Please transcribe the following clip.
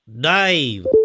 Dave